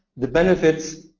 the benefits,